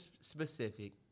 specific